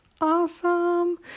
awesome